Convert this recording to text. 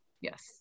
Yes